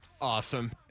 Awesome